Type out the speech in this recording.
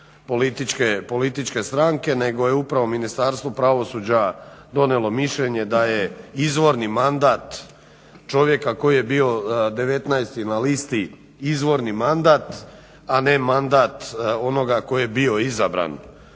političke stranke nego je upravo Ministarstvo pravosuđa donijelo mišljenje da je izvorni mandat čovjeka koji je bio 19. na listi izvorni mandat, a ne mandat onoga koji je bio izabran